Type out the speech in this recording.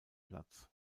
platz